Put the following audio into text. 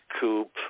Coop